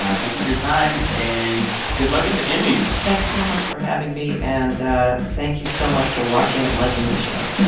and thank you for your time, and good luck at the emmys thanks so much for having me. and ah thank you so much for watching and liking the show